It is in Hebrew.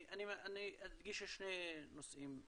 אני אדגיש שני נושאים.